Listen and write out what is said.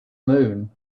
moon